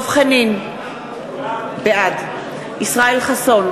בעד ישראל חסון,